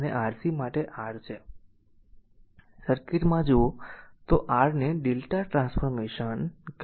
તેથી જો સર્કિટમાં જુઓ તો તે r ને Δ ટ્રાન્સફોર્મેશન કહે છે